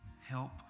Help